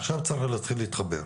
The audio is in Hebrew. עכשיו צריך להתחיל להתחבר.